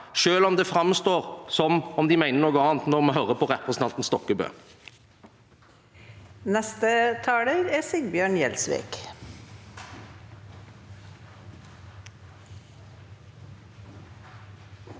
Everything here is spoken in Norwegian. selv om det framstår som om de mener noe annet når vi hører på representanten Stokkebø. Sigbjørn Gjelsvik